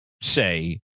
say